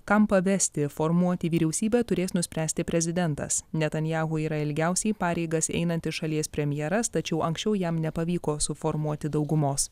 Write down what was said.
kam pavesti formuoti vyriausybę turės nuspręsti prezidentas netanyahu yra ilgiausiai pareigas einantis šalies premjeras tačiau anksčiau jam nepavyko suformuoti daugumos